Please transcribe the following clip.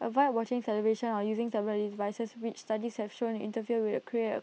avoid watching television or using tablet devices which studies have shown interfere with create A